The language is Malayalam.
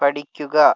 പഠിക്കുക